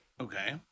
Okay